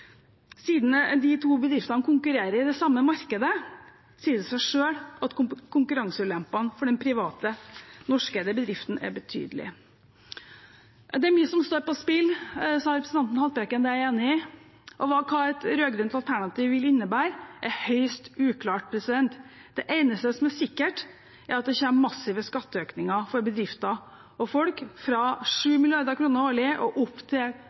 Siden de to bedriftene konkurrerer i det samme markedet, sier det seg selv at konkurranseulempene for den private, norskeide bedriften er betydelig. Det er mye som står på spill, sa representanten Haltbrekken, og det er jeg enig i. Hva et rød-grønt alternativ vil innebære, er høyst uklart. Det eneste som er sikkert, er at det kommer massive skatteøkninger for bedrifter og folk fra 7 mrd. kr årlig og opp til